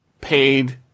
paid